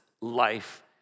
life